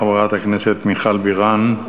חברת הכנסת מיכל בירן.